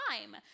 time